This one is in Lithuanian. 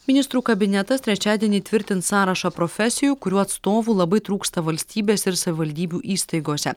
ministrų kabinetas trečiadienį tvirtins sąrašą profesijų kurių atstovų labai trūksta valstybės ir savivaldybių įstaigose